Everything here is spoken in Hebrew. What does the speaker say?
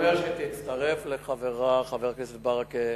אומר שתצטרף לחברה, חבר הכנסת ברכה,